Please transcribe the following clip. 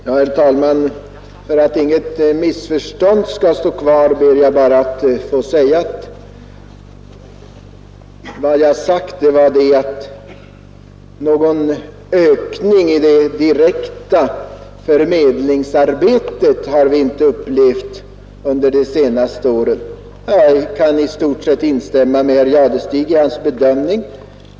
Herr talman! För att undvika missförstånd vill jag upprepa vad jag sade. Någon ökning av antalet tjänster till det direkta förmedlingsarbetet har vi inte fått under de senaste åren. Jag kan i stort sett instämma med herr Jadestig i hans bedömning i övrigt.